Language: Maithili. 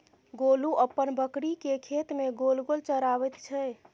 गोलू अपन बकरीकेँ खेत मे गोल गोल चराबैत छै